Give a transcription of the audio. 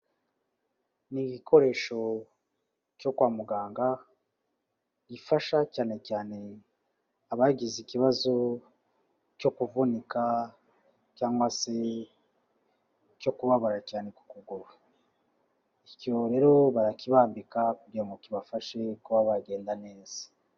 Ni igikoresho cyo kwa muganga, gifasha cyane cyane abagize ikibazo cyo kuvunika cyangwa se cyo kubabara cyane ku kuguru. Icyo rero, barakibambika kugira ngo kibafashe kuba bagenda neza.